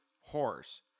horse